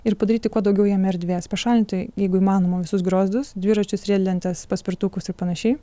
ir padaryti kuo daugiau jame erdvės pašalinti jeigu įmanoma visus griozdus dviračius riedlentes paspirtukus ir panašiai